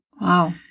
wow